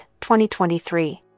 2023